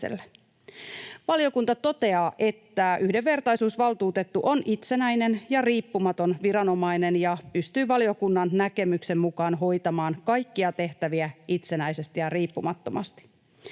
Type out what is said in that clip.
Valiokunta toteaa, että yhdenvertaisuusvaltuutettu on itsenäinen ja riippumaton viranomainen ja pystyy valiokunnan näkemyksen mukaan hoitamaan kaikkia tehtäviä itsenäisesti ja riippumattomasti.